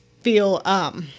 feel